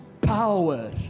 power